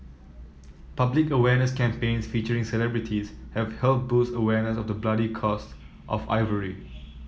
public awareness campaigns featuring celebrities have helped boost awareness of the bloody cost of ivory